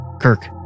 Kirk